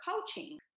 coaching